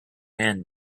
hand